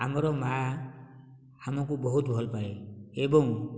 ଆମର ମାଁ ଆମକୁ ବହୁତ ଭଲ ପାଏ ଏବଂ